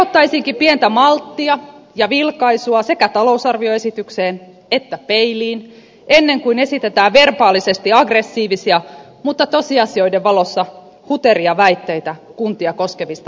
kehottaisinkin pientä malttia ja vilkaisua sekä talousarvioesitykseen että peiliin ennen kuin esitetään verbaalisesti aggressiivisia mutta tosiasioiden valossa huteria väitteitä kuntia koskevista päätöksistä